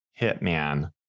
hitman